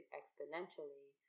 exponentially